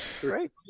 Great